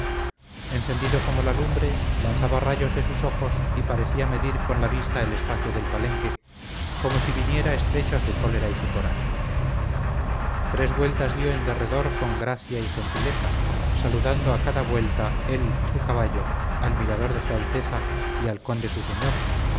encendido como la lumbre lanzaba rayos de sus ojos y parecía medir con la vista el espacio del palenque como si viniera estrecho a su cólera y su coraje tres vueltas dio en derredor con gracia y gentileza saludando a cada vuelta él y su caballo al mirador de su alteza y al conde su señor